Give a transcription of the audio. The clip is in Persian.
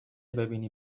ببینی